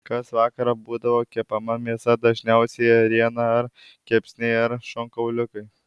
kas vakarą būdavo kepama mėsa dažniausiai ėriena ar kepsniai ar šonkauliukai